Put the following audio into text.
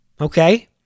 okay